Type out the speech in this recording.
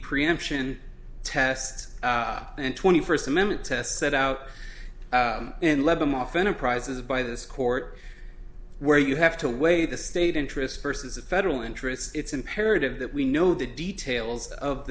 preemption test and twenty first amendment tests set out and led them off enterprises by this court where you have to weigh the state interest versus the federal interest it's imperative that we know the details of